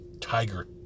tiger